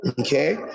Okay